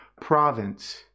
province